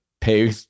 pay